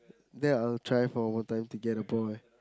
that I'll try for what time to get a boy